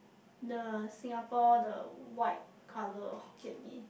the Singapore the white colour Hokkien-Mee